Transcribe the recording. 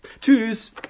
Tschüss